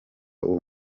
uwo